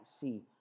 see